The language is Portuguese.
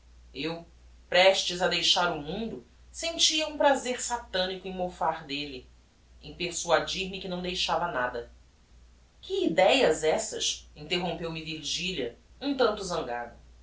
eu prestes a deixar o mundo sentia um prazer satanico em mofar delle em persuadir-me que não deixava nada que idéas essas interrompeu me virgilia um tanto zangada